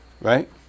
Right